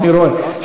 אני רואה.